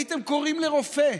הייתם קוראים לרופא,